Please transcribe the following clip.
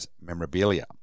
memorabilia